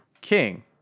King